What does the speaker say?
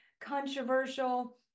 controversial